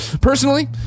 personally